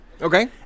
Okay